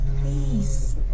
please